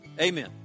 Amen